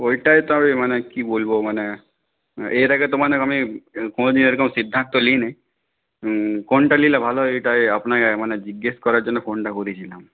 তো ওটাই তো আমি মানে কি বলব মানে এর আগে তো মানে আমি কোনওদিন এরকম সিদ্ধান্ত নিইনি কোনটা নিলে ভালো হয় এইটাই আপনাকে মানে জিজ্ঞেস করার জন্য ফোনটা করেছিলাম